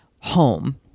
home